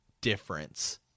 difference